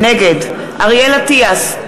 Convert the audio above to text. נגד אריאל אטיאס,